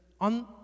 on